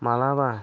माब्लाबा